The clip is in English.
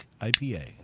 IPA